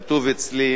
כתוב אצלי